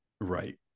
right